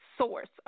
source